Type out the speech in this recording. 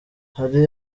hari